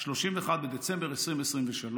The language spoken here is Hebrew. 31 בדצמבר 2023,